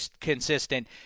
consistent